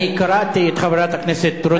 אני קראתי את חברת הכנסת רונית תירוש לסדר.